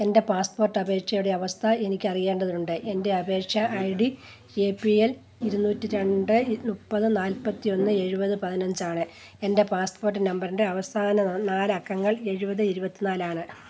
എൻ്റെ പാസ്പോട്ട് അപേക്ഷയുടെ അവസ്ഥ എനിക്ക് അറിയേണ്ടതുണ്ട് എൻ്റെ അപേക്ഷാ I D A P L ഇരുന്നൂറ്റി രണ്ട് മുപ്പത് നാല്പത്തി ഒന്ന് എഴുപത് പതിനഞ്ച് ആണ് എൻ്റെ പാസ്പോട്ട് നമ്പറിൻ്റെ അവസാന നാല് അക്കങ്ങൾ എഴുപത് ഇരുപത്തി നാല് ആണ്